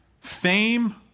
fame